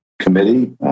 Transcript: Committee